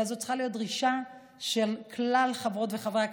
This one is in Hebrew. אלא זו צריכה להיות דרישה של כלל חברי וחברות הכנסת,